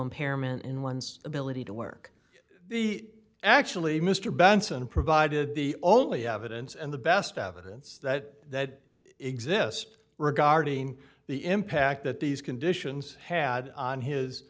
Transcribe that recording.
impairment in one's ability to work the actually mr benson provided the only evidence and the best evidence that exist regarding the impact that these conditions had on his